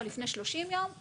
או לפני 30 יום,